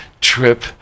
trip